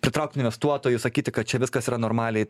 pritraukt investuotojų sakyti kad čia viskas yra normaliai